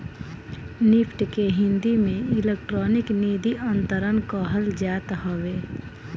NEFT के हिंदी में electronic निधि अंतरण कहल जात हवे